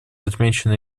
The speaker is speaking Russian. отмечены